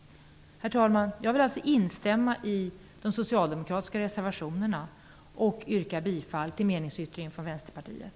Herr talman! Jag instämmer i de socialdemokratiska reservationerna och yrkar bifall till Vänsterpartiets meningsyttring.